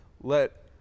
Let